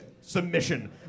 submission